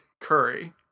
curry